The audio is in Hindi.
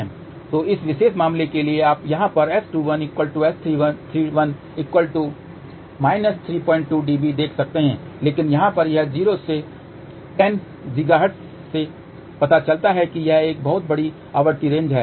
तो इस विशेष मामले के लिए आप यहाँ पर S21 S31 32 dB देख सकते हैं लेकिन यहाँ पर यह 0 से 10 GHz से पता चलता है कि यह एक बहुत बड़ी आवृत्ति रेंज है